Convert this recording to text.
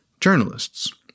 journalists